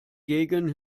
gegen